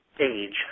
age